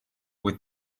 with